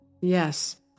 Yes